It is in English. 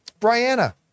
Brianna